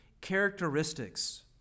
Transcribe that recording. characteristics